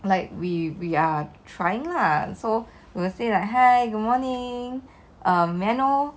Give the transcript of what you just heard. like we we are trying lah so we'll say like hi good morning uh may I know